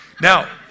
Now